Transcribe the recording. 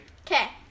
Okay